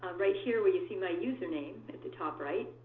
ah right here where you see my username at the top right,